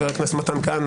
חבר הכנסת מתן כהנא,